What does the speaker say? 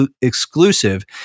exclusive